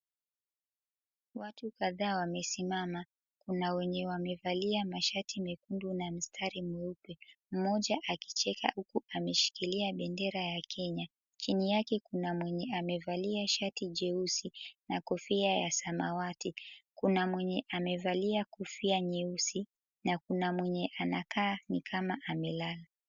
Watu kadhaa wamesimama. Kuna wenye wamevalia mavazi mekundu na mistari meupe. Mmoja akicheka huku ameshikilia bendera ya kenya. Chini yake kuna mwenye amevalia shati jeusi na kofia ya samawati. Kuna mwenye amevalia kofia nyeusi na kuna mwenye anakaa ni kama amelala.